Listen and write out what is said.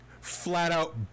flat-out